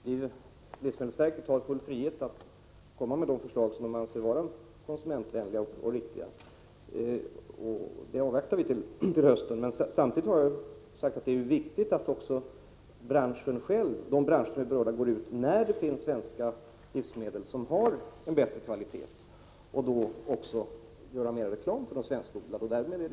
Herr talman! Livsmedelsverket har full frihet att komma med de förslag man anser vara konsumentvänliga och riktiga, och dessa förslag avvaktar vi till hösten. Samtidigt har jag sagt att det är viktigt att berörda branscher, när det finns svenska livsmedel som har en bättre kvalitet, går ut och gör mer reklam för svenskodlade produkter.